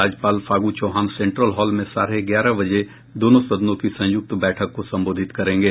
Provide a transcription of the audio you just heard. राज्यपाल Phagu Chauhan central hall में साढ़े ग्यारह बजे दोनों सदनों की संयुक्त बैठक को संबोधित करेंगे